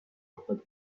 droits